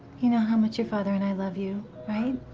you know how much your father and i love you, right?